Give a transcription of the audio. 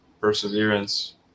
perseverance